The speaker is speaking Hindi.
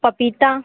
पपीता